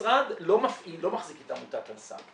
המשרד לא מחזיק את עמותת "אל סם".